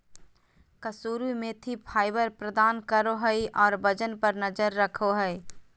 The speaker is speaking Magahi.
कसूरी मेथी फाइबर प्रदान करो हइ और वजन पर नजर रखो हइ